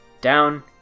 Down